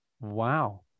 wow